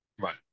Right